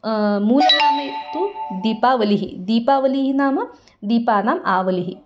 मूल्यामि तु दीपावलिः दीपावलिः नाम दीपानाम् आवलिः